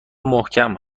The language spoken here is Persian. محکم